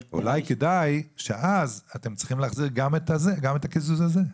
אולי כדאי שאז אתם צריכים להחזיר גם את הקיזוז הזה?